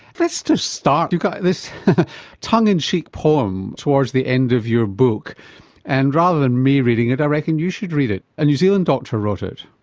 let's just start, you've got this tongue in cheek poem towards the end of your book and rather than me reading it, i reckon you should read it. a new zealand doctor wrote it.